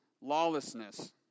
lawlessness